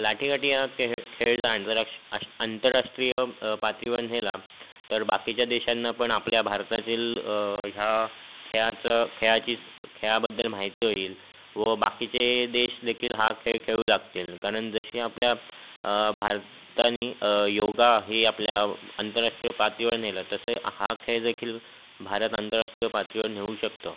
लाठी काठी हा केह् खेळ ज आंदरश अश् आंतरराष्ट्रीय पातळीवर नेला तर बाकीच्या देशांना पण आपल्या भारतातील ह्या खेळाचं खेळाची खेळाबद्दल माहिती होईल व बाकीचे देश देखील हा खेळ खेळू लागतील कारण जसे आपल्या भारताने योगा हे आपल्या आंतरराष्ट्रीय पातळीवर नेलं तसे हा खेळ देखील भारत आंतरराष्ट्रीय पातळीवर नेऊ शकतं